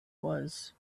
was